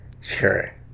Sure